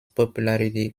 popularity